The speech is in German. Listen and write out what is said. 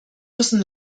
müssen